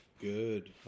Good